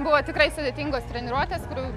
buvo tikrai sudėtingos treniruotės kurių